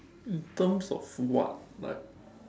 in terms of what like